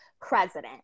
president